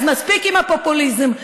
אז מספיק עם הפופוליזם.